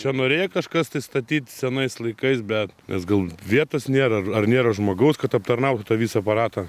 čia norėjo kažkas tai statyt senais laikais bet nes gal vietos nėra ar ar nėra žmogaus kad aptarnaut tą visą aparatą